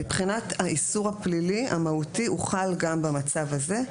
מבחינת האיסור הפלילי המהותי, הוא חל גם במצב הזה.